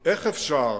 אפשר,